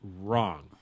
wrong